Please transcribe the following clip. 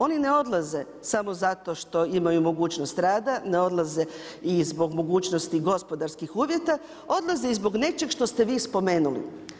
Oni ne odlaze samo zato što imaju mogućnost rada, ne odlaze iz bog mogućnosti gospodarskih uvjeta, odlaze i zbog nečeg što ste vi spomenuli.